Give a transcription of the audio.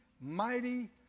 mighty